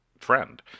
friend